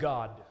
God